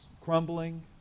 crumbling